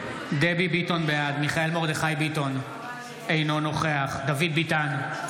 בעד מיכאל מרדכי ביטון - אינו נוכח דוד ביטן,